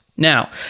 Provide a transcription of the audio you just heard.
Now